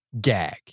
gag